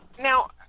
Now